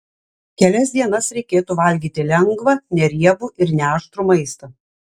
kelias dienas reikėtų valgyti lengvą neriebų ir neaštrų maistą